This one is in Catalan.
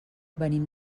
venim